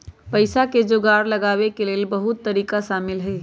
पइसा के जोगार लगाबे के लेल बहुते तरिका शामिल हइ